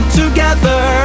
together